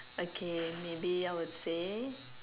okay maybe I would say